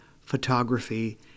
Photography